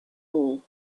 all